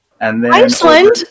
Iceland